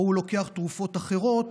או הוא לוקח תרופות אחרות,